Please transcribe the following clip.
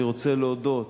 אני רוצה להודות